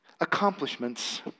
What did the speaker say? accomplishments